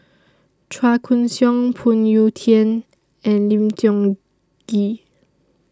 Chua Koon Siong Phoon Yew Tien and Lim Tiong Ghee